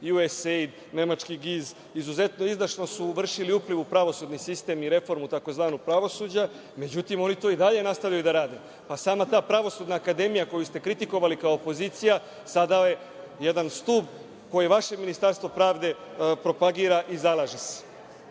USAID, nemački GIZ, izuzetno izdašno su vršili upliv u pravosudni sistem i reformu tzv. pravosuđa. Međutim, oni to i dalje nastavljaju da rade. Sama ta Pravosudna akademija koju ste kritikovali kao opozicija sada je jedan stub koje vaše Ministarstvo pravde propagira i zalaže se.